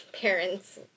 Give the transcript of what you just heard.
parents